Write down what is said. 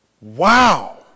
Wow